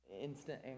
instant